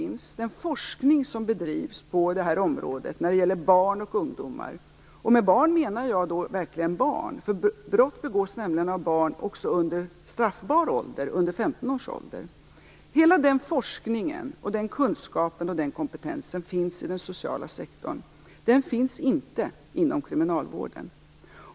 När jag talar om barn menar jag verkligen barn, därför att brott begås också av barn under straffbar ålder, under 15 år. Hela den forskningen, kunskapen och kompetensen finns i den sociala sektorn men inte inom kriminalvården.